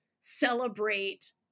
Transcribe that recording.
celebrate